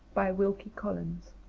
by wilkie collins